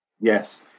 yes